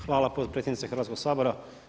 Hvala potpredsjednice Hrvatskog sabora.